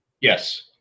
Yes